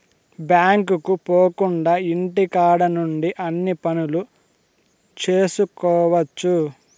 బ్యాంకుకు పోకుండా ఇంటికాడ నుండి అన్ని పనులు చేసుకోవచ్చు